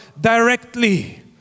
directly